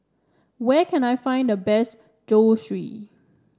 where can I find the best Zosui